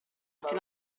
anche